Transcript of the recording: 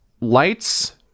lights